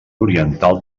oriental